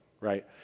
right